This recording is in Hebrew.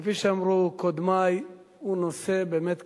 כפי שאמרו קודמי, הוא נושא באמת כבד.